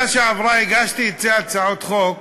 בשנה שעברה הגשתי שתי הצעות חוק